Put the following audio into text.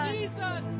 Jesus